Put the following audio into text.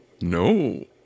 No